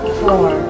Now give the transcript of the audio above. four